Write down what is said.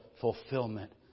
fulfillment